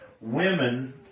women